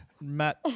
Matt